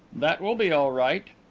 that will be all right.